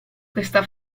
questa